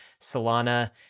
Solana